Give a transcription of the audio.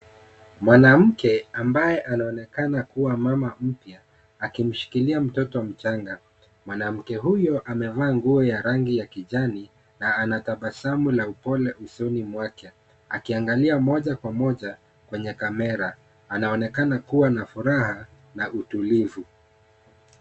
Mwanamke ambaye anaonekana kuwa mama mpya, akimshikilia mtoto mchanga. Mwanamke huyo amevaa nguo ya rangi ya kijani na ana tabasamu la upole usoni mwake, akiangalia moja kwa moja kwenye kamera. Anaonekana kuwa na furaha na utulivu.